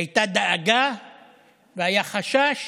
הייתה דאגה והיה חשש,